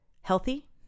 healthy